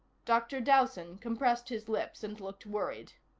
dr. dowson compressed his lips and looked worried.